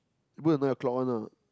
we book the nine-o'clock one ah